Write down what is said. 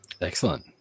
Excellent